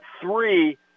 three